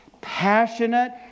Passionate